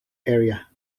area